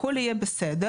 הכול יהיה בסדר.